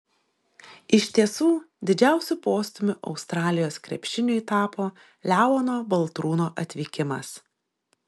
iš tiesų didžiausiu postūmiu australijos krepšiniui tapo leono baltrūno atvykimas